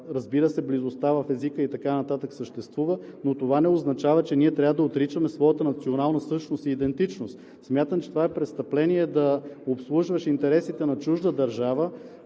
разбира се, близостта в езика и така нататък съществува, но това не означава, че ние трябва да отричаме своята национална същност и идентичност. Смятам, че това е престъпление да обслужваш интересите на чужда държава